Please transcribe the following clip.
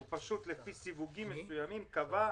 הוא פשוט לפי סיווגים מסוימים קבע: